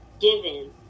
given